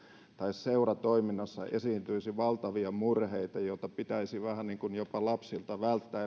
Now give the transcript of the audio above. seuratoiminnassa esiintyisi valtavia murheita joita pitäisi vähän jopa lapsilta välttää eli